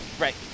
right